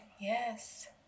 Yes